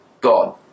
God